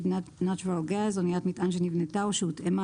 Liquid natural gas - אניית מטען שנבנתה או שהותאמה